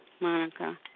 Monica